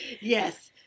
yes